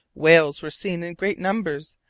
whales were seen in great numbers,